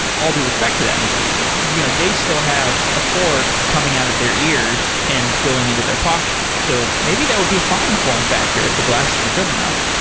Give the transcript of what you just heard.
all due respect to them. you know they still have a cord coming out of their ears and going into their pocket. so maybe that will be a fine form factor if the glasses were good enough.